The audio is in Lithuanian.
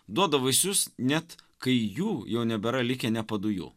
duoda vaisius net kai jų jau nebėra likę nė padujų